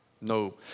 No